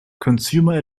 consumer